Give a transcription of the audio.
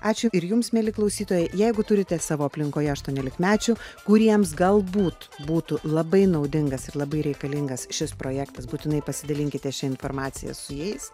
ačiū ir jums mieli klausytojai jeigu turite savo aplinkoje aštuoniolikmečių kuriems galbūt būtų labai naudingas ir labai reikalingas šis projektas būtinai pasidalinkite šia informacija su jais